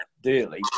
dearly